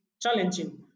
challenging